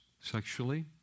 sexually